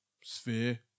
sphere